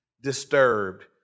disturbed